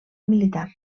militar